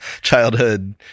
childhood